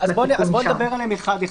אז בואי נדבר עליהם אחד-אחד.